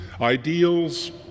ideals